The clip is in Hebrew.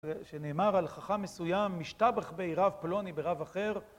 שנאמר על חכם מסוים "אישתבח ביה רב פלוני ברב אחר"